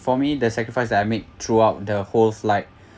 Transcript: for me the sacrifice that I make throughout the whole flight